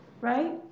right